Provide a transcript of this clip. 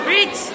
Rich